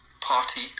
party